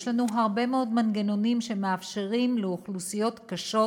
יש לנו הרבה מאוד מנגנונים שמאפשרים לאוכלוסיות קשות,